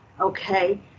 okay